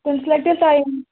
تٔمِس لَگہِ تیٚلہِ ٹایم